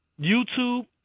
youtube